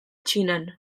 txinan